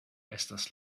estas